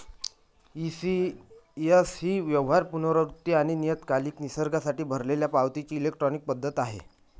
ECS ही व्यवहार, पुनरावृत्ती आणि नियतकालिक निसर्गासाठी भरलेल्या पावतीची इलेक्ट्रॉनिक पद्धत आहे